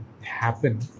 happen